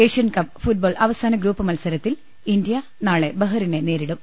Asian Cup football അവസാന group മത്സരത്തിൽ India നാളെ ബഹ്റിനെ നേരിടും